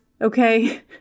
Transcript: okay